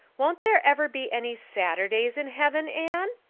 won't there ever be any saturdays in heaven, anne?